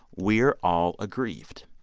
we're all aggrieved,